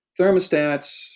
thermostats